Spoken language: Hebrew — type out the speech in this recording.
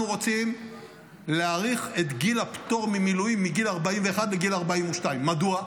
אנחנו רוצים להאריך את גיל הפטור ממילואים מגיל 41 לגיל 42. מדוע?